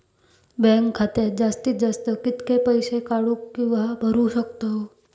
Bank खात्यात जास्तीत जास्त कितके पैसे काढू किव्हा भरू शकतो?